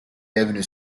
avenue